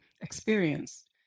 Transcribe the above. experienced